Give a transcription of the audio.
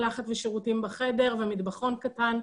מקלחת ושירותים בחדר ומטבחון קטן.